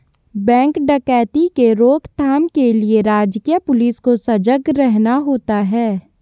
bank डकैती के रोक थाम के लिए राजकीय पुलिस को सजग रहना होता है